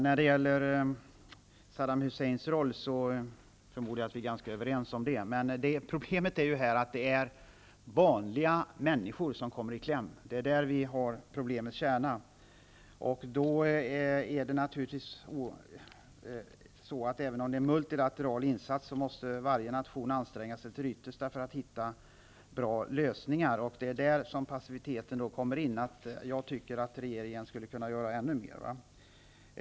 Herr talman! Jag förmodar att vi är ganska överens om Saddam Husseins roll. Problemets kärna är emellertid att det är vanliga människor som kommer i kläm. Även om det är fråga om multilaterala insatser måste varje nation anstränga sig till det yttersta för att hitta bra lösningar. Det är där som passiviteten kommer in. Jag anser att regeringen skulle kunna göra ännu mer.